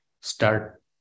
Start